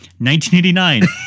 1989